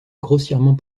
grossièrement